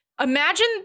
Imagine